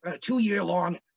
two-year-long